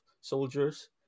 soldiers